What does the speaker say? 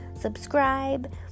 subscribe